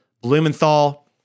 Blumenthal